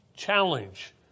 Challenge